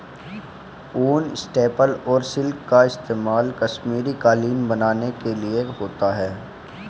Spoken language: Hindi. ऊन, स्टेपल और सिल्क का इस्तेमाल कश्मीरी कालीन बनाने के लिए होता है